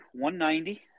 190